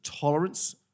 tolerance